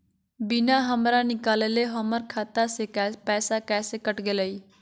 बिना हमरा निकालले, हमर खाता से पैसा कैसे कट गेलई?